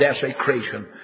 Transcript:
desecration